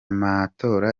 matora